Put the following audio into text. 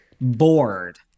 bored